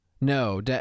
No